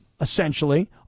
essentially